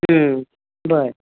बरं